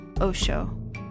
Osho